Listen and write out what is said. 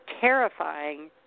terrifying